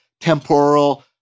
temporal